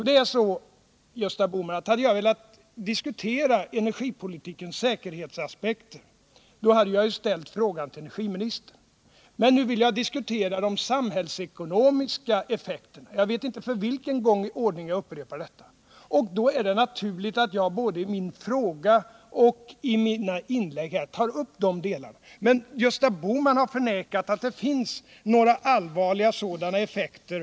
Det är så, Gösta Bohman, att om jag hade velat diskutera energipolitikens säkerhetsaspekter hade jag ställt frågan till energiministern. Men nu vill jag diskutera de samhällsekonomiska effekterna. Jag vet inte för vilken gång i ordningen jag upprepar detta. Då är det naturligt att jag både i min fråga och i mina inlägg här tar upp de delarna. Gösta Bohman har förnekat att det finns några allvarliga sådana effekter.